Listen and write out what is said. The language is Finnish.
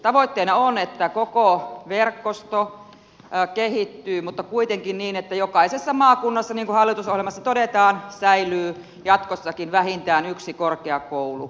tavoitteena on että koko verkosto kehittyy mutta kuitenkin niin että jokaisessa maakunnassa niin kuin hallitusohjelmassa todetaan säilyy jatkossakin vähintään yksi korkeakoulu